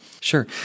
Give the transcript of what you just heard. sure